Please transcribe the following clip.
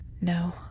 No